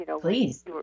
Please